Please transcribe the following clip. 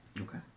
Okay